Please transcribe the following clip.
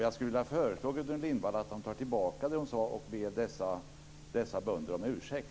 Jag föreslår att Gudrun Lindvall tar tillbaka det som hon sade och att hon ber dessa bönder om ursäkt.